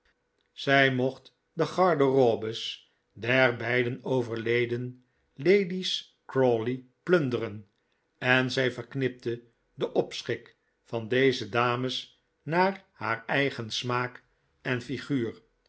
zij mocht de garderobes der beide ovcrleden lady's crawley plunderen en zij verknipte den opschik van deze dames naar haar eigen smaak en figuur